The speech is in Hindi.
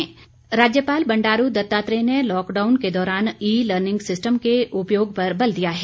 राज्यपाल राज्यपाल बंडारू दत्तात्रेय ने लॉकडाउन के दौरान ई लर्निंग सिस्टम के उपयोग पर बल दिया है